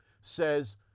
says